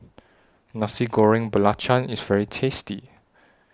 Nasi Goreng Belacan IS very tasty